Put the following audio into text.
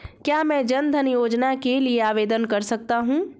क्या मैं जन धन योजना के लिए आवेदन कर सकता हूँ?